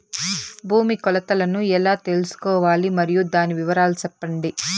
భూమి కొలతలను ఎలా తెల్సుకోవాలి? మరియు దాని వివరాలు సెప్పండి?